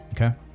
Okay